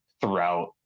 throughout